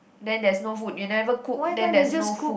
then there's no food you never cook then there's no food